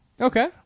Okay